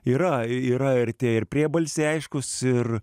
yra yra ir tie ir priebalsiai aiškūs ir